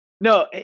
no